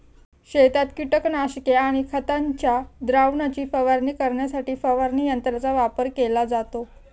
शेतात कीटकनाशके आणि खतांच्या द्रावणाची फवारणी करण्यासाठी फवारणी यंत्रांचा वापर केला जातो